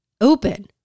open